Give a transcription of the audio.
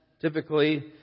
typically